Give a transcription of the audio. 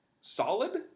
solid